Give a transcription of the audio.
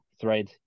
thread